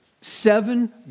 seven